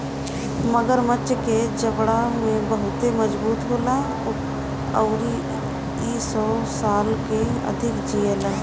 मगरमच्छ के जबड़ा बहुते मजबूत होला अउरी इ सौ साल से अधिक जिएला